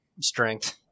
strength